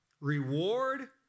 reward